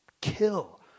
kill